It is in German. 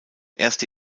erste